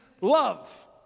love